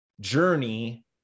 journey